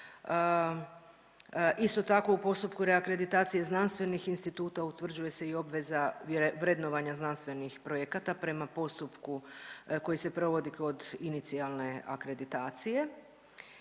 Isto tako u postupku reakreditacije znanstvenih instituta utvrđuje se i obveza vrednovanja znanstvenih projekata prema postupku koji se provodi kod inicijalne akreditacije.